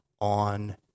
On